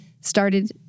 started